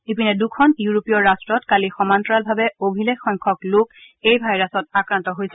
ইপিনে দুখন ইউৰোপীয় ৰাষ্ট্ৰত কালি সমান্তৰালভাৱে অভিলেখ সংখ্যক লোক এই ভাইৰাছত আক্ৰান্ত হৈছে